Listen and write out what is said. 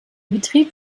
betrieb